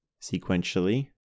sequentially